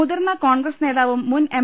മുതിർന്ന കോൺഗ്രസ്സ് നേതാവും മുൻ എം